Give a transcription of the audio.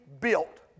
built